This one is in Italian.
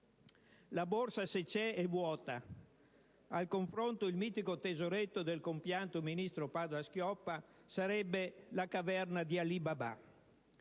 La borsa, se c'è, è vuota: a confronto, il mitico tesoretto del compianto ministro Padoa-Schioppa sarebbe la caverna di Alì Babà.